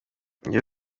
iyo